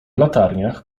latarniach